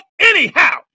anyhow